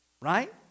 Right